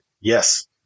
yes